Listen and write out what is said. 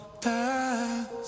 past